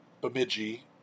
Bemidji